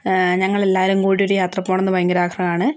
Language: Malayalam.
ഞങ്ങൾ എല്ലാവരും കൂടി ഒരു യാത്ര പോവണം എന്ന് ഭയങ്കര ആഗ്രഹമാണ്